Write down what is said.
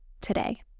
today